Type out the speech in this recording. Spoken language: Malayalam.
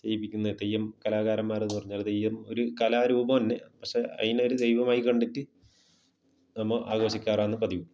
ചെയ്യിപ്പിക്കുന്ന തെയ്യം കലാകാരന്മാരെന്ന് പറഞ്ഞാൽ തെയ്യം ഒരു കലാരൂപന്നെ പക്ഷേ അതിനെ ഒരു ദൈവമായി കണ്ടിട്ട് നമ്മൾ ആഘോഷിക്കാറാന്ന് പതിവ്